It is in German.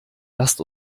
lasst